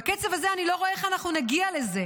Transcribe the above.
בקצב הזה אני לא רואה איך אנחנו נגיע לזה.